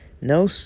no